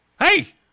Hey